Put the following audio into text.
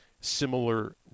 similar